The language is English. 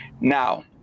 Now